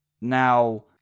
Now